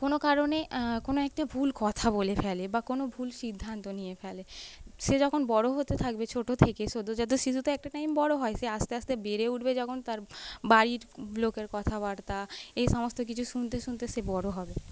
কোনও কারণে কোনও একটা ভুল কথা বলে ফেলে বা কোনও ভুল সিদ্ধান্ত নিয়ে ফেলে সে যখন বড় হতে থাকবে ছোট থেকেই সদ্যজাত শিশু তো একটা টাইম বড় হয় সে আস্তে আস্তে বেড়ে উঠবে যখন তার বাড়ির লোকের কথাবার্তা এই সমস্ত কিছু শুনতে শুনতে সে বড় হবে